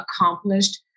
accomplished